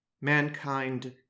Mankind